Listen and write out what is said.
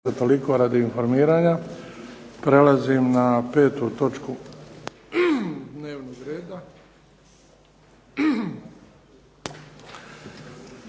toliko radi informiranja. Prelazim na 5. točku dnevnog reda